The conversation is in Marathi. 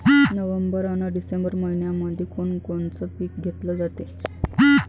नोव्हेंबर अन डिसेंबर मइन्यामंधी कोण कोनचं पीक घेतलं जाते?